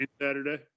Saturday